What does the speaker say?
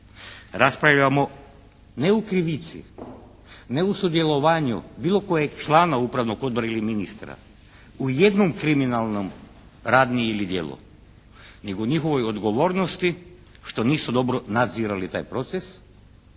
Raspravljamo ne o krivici, ne o sudjelovanju bilo kojeg člana upravnog odbora ili ministra u jednoj kriminalnoj radnji ili djelu, nego o njihovoj odgovornosti što nisu dobro nadzirali taj proces,